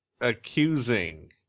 accusing